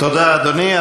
תודה, אדוני.